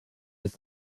its